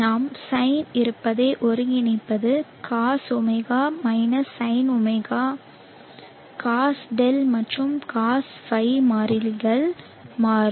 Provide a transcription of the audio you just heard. நாம் சைன் இருப்பதை ஒருங்கிணைப்பது cos ω sin ω cos δ மற்றும் cos π மாறிலிகள் மாறும்